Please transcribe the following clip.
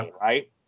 right